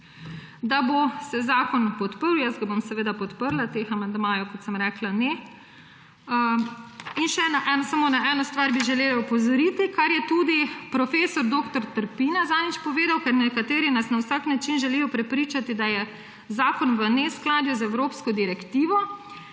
da se bo zakon podprl. Jaz ga bom seveda podprla, teh amandmajev, kot sem rekla, ne. Samo še na eno stvar bi želela opozoriti, na to, kar je tudi prof. dr. Trpin zadnjič povedal, ker nas nekateri na vsak način želijo prepričati, da je zakon v neskladju z evropsko direktivo.